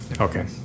Okay